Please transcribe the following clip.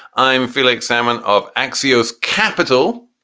i'm felix salmon of axios capital,